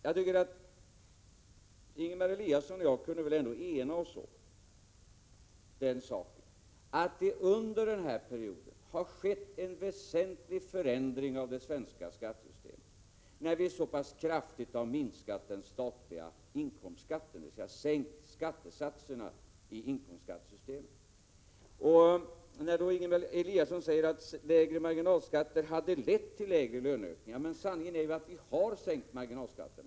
Jag tycker att Ingemar Eliasson och jag ändå skulle kunna ena oss om att det under den här perioden har skett en väsentlig förändring av det svenska skattesystemet när vi har sänkt skattesatserna i inkomstskattesystemet så pass kraftigt. Ingemar Eliasson säger att lägre marginalskatter hade lett till lägre löneökningar. Men sanningen är att vi har sänkt marginalskatterna.